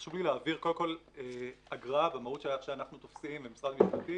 חשוב לי להבהיר שאגרה במהות שלה כמו שאנחנו תופסים במשרד המשפטים